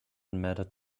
mattered